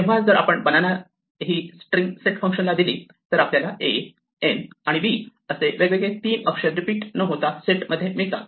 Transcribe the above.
तेव्हा जर आपण बनाना ही स्ट्रिंग सेट फंक्शनला दिली तर आपल्याला a n आणि b असे वेगवेगळे तीन अक्षर रिपीट न होता सेटमध्ये मिळतात